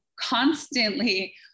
constantly